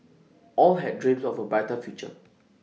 all had dreams of A brighter future